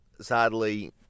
sadly